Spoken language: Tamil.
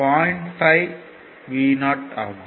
5 Vo ஆகும்